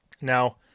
Now